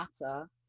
Matter